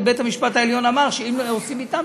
ובית-המשפט העליון אמר שאם עושים אתם,